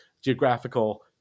geographical